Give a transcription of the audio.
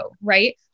right